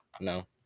No